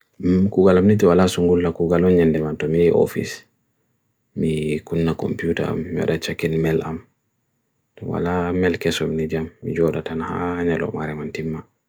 koo galam nitu wala sungulakoo galon nyen dim anto, mi office, mi kuna komputa, mi mere chakin mail am, tu wala mail keso mnidia, mi yorat anha, anelok ma remontima.